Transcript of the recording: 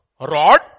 rod